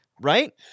Right